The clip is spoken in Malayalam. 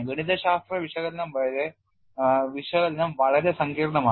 ഗണിതശാസ്ത്ര വിശകലനം വളരെ സങ്കീർണ്ണമാണ്